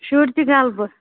شُرۍ تہِ غَلبہٕ